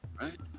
right